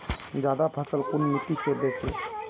ज्यादा फसल कुन मिट्टी से बेचे?